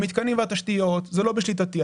המתקנים והתשתיות זה לא בשליטתי,